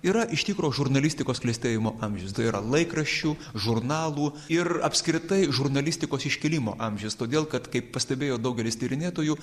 yra iš tikro žurnalistikos klestėjimo amžius tai yra laikraščių žurnalų ir apskritai žurnalistikos iškilimo amžius todėl kad kaip pastebėjo daugelis tyrinėtojų